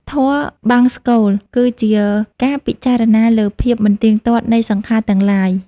ធម៌បង្សុកូល គឺជាការពិចារណាលើភាពមិនទៀងទាត់នៃសង្ខារទាំងឡាយ។